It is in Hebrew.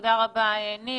תודה רבה, ניר.